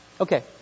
Okay